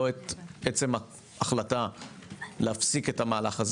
לא את עצם ההחלטה להפסיק את המהלך הזה